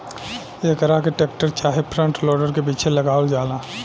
एकरा के टेक्टर चाहे फ्रंट लोडर के पीछे लगावल जाला